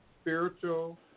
spiritual